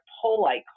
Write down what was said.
Polite